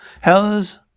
how's